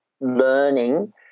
learning